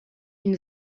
une